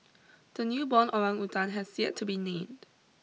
the newborn orangutan has yet to be named